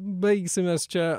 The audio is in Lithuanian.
baigsim mes čia